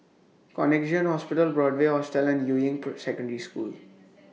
Connexion Hospital Broadway Hotel and Yuying Secondary School